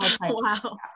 Wow